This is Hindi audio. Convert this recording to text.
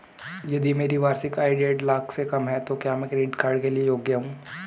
यदि मेरी वार्षिक आय देढ़ लाख से कम है तो क्या मैं क्रेडिट कार्ड के लिए योग्य हूँ?